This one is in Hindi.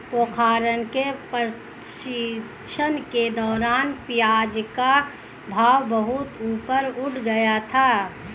पोखरण के प्रशिक्षण के दौरान प्याज का भाव बहुत ऊपर उठ गया था